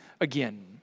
again